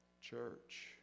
church